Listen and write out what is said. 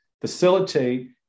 facilitate